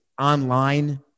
online